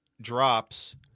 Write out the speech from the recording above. drops